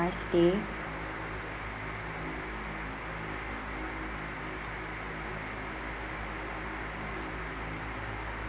my stay